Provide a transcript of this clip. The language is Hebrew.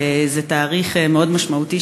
וזה תאריך מאוד משמעותי,